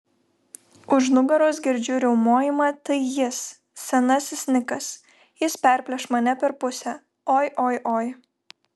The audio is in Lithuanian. už nugaros girdžiu riaumojimą tai jis senasis nikas jis perplėš mane per pusę oi oi oi